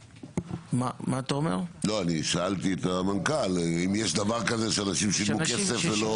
אני שאלתי את המנכ"ל אם יש דבר כזה שאנשים שילמו כסף ולא?